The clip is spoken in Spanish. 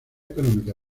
económica